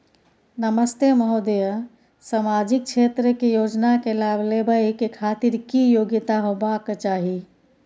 नमस्ते महोदय, सामाजिक क्षेत्र के योजना के लाभ लेबै के खातिर की योग्यता होबाक चाही?